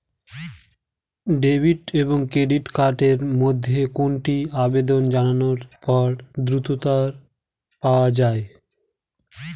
Debit এবং credit card এর মধ্যে কোনটি আবেদন জানানোর পর দ্রুততর পাওয়া য়ায়?